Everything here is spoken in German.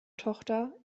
tochter